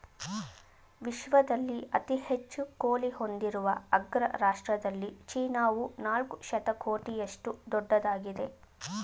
ವಿಶ್ವದಲ್ಲಿ ಅತಿ ಹೆಚ್ಚು ಕೋಳಿ ಹೊಂದಿರುವ ಅಗ್ರ ರಾಷ್ಟ್ರದಲ್ಲಿ ಚೀನಾವು ನಾಲ್ಕು ಶತಕೋಟಿಯಷ್ಟು ದೊಡ್ಡದಾಗಿದೆ